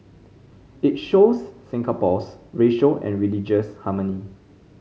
it shows Singapore's racial and religious harmony